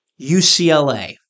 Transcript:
UCLA